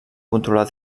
controlar